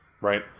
Right